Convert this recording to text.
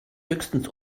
höchstens